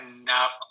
enough